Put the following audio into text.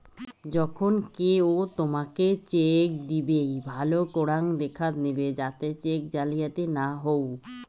যখন কেও তোমকে চেক দিইবে, ভালো করাং দেখাত নিবে যাতে চেক জালিয়াতি না হউ